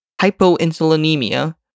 hypoinsulinemia